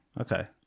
Okay